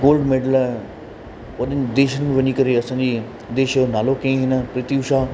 gold medal वॾनि देशनि में वञी करे असांजे देश जो नालो कयईं हिन पी टी ऊषा